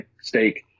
steak